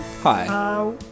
Hi